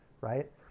right